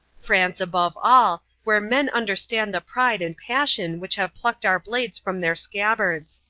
france, above all, where men understand the pride and passion which have plucked our blades from their scabbards.